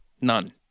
none